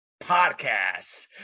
podcast